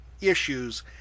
issues